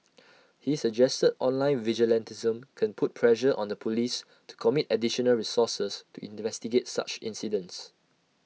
he suggested online vigilantism can put pressure on the Police to commit additional resources to investigate such incidents